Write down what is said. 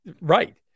Right